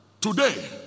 Today